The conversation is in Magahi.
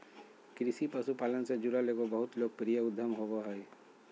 कृषि पशुपालन से जुड़ल एगो बहुत लोकप्रिय उद्यम होबो हइ